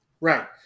Right